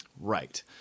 right